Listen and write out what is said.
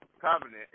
Covenant